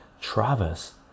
Travis